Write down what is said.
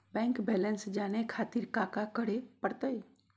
Bank balance जाने खातिर काका करे पड़तई?